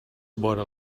vora